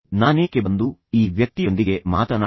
ನಾನೇಕೆ ಬಂದು ಈ ವ್ಯಕ್ತಿಯೊಂದಿಗೆ ಮಾತನಾಡಿದೆ